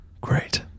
Great